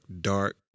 dark